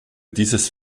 dieses